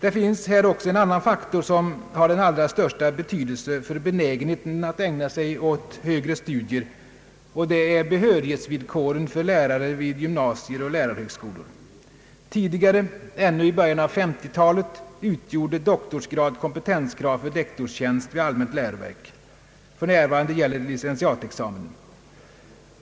Det finns här också en annan faktor som har den allra största betydelse för benägenheten att ägna sig åt högre studier, och det är behörighetsvillkoren för lärare vid gymnasier och lärarhögskolor. Tidigare — ännu i början av 1950-talet — utgjorde doktorsgrad kompetenskrav för lektorstjänst vid allmänt läroverk; för närvarande gäller licentiatexamen.